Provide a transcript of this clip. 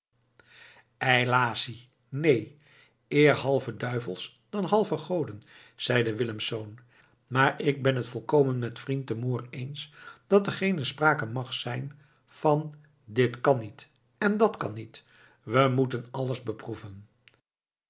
eilacie neen eer halve duivels dan halve goden zeide willemsz maar ik ben het volkomen met vriend de moor eens dat er geene sprake mag zijn van dit kan niet en dat kan niet we moeten alles beproeven